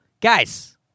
guys